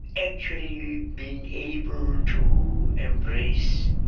actually being able to embrace